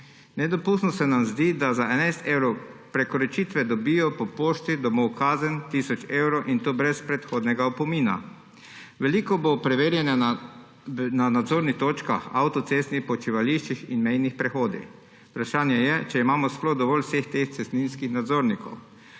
Nedopustno se nam zdi, da za 11 evrov prekoračitve dobijo po pošti domov kazen tisoč evrov, in to brez predhodnega opomina. Veliko bo preverjanja na nadzornih točkah, avtocestnih počivališčih in mejnih prehodih. Vprašanje je, ali imamo sploh dovolj vseh teh cestninskih nadzornikov.